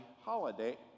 holiday